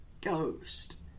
Ghost